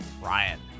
Ryan